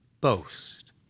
boast